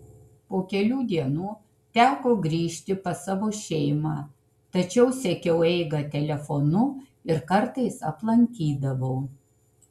po kelių dienų teko grįžti pas savo šeimą tačiau sekiau eigą telefonu ir kartais aplankydavau